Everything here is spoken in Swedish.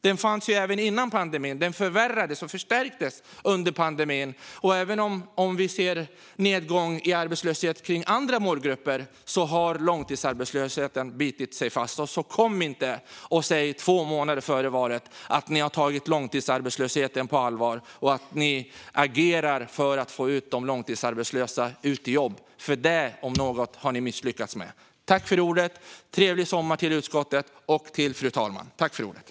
Den fanns ju även innan pandemin, men den förvärrades och förstärktes under pandemin. Även om vi ser en nedgång i arbetslöshet för andra målgrupper har långtidsarbetslösheten bitit sig fast. Så kom inte och säg, två månader före valet, att ni har tagit långtidsarbetslösheten på allvar och att ni agerar för att få ut de långtidsarbetslösa i jobb, för det, om något, har ni misslyckats med. Trevlig sommar till utskottet och till fru talmannen!